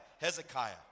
Hezekiah